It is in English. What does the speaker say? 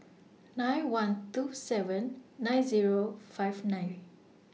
nine one two seven nine Zero five nine